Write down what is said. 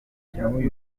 xaboi